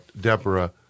Deborah